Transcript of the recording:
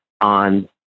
on